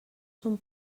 són